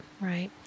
right